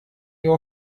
его